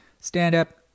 stand-up